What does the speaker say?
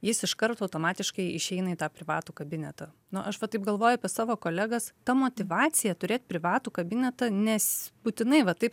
jis iškart automatiškai išeina į tą privatų kabinetą nu aš va taip galvoju apie savo kolegas ta motyvacija turėt privatų kabinetą nes būtinai va taip